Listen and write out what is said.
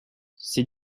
ses